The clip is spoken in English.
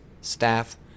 staff